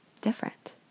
different